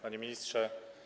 Panie Ministrze!